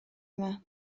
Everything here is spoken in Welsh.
yma